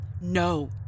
No